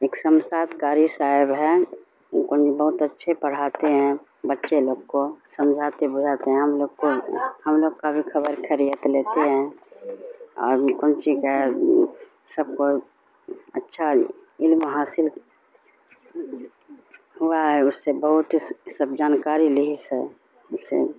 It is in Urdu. ایک شمشاد قاری صاحب ہیں ان کو بہت اچھے پڑھاتے ہیں بچے لوگ کو سمجھاتے بجھاتے ہیں ہم لوگ کو ہم لوگ کا بھی خبر خیریت لیتے ہیں اور کون سی کا سب کو اچھا علم حاصل ہوا ہے اس سے بہت ہی سب جانکاری لیے سے اسے